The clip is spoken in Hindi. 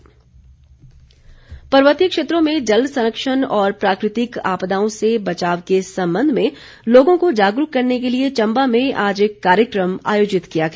प्रतियोगिता पर्वतीय क्षेत्रों में जल संरक्षण और प्राकृतिक आपदाओं से बचाव के संबंध में लोगों को जागरूक करने के लिए चम्बा में आज एक कार्यक्रम आयोजित किया गया